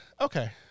Okay